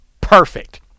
perfect